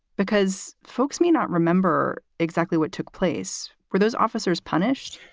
because folks may not remember exactly what took place for those officers punished